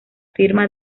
firma